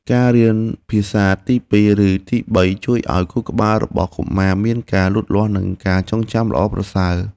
ការរៀនភាសាទីពីរឬទីបីជួយឱ្យខួរក្បាលរបស់កុមារមានការលូតលាស់និងការចងចាំល្អប្រសើរ។